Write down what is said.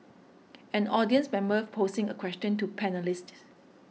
an audience member posing a question to panellists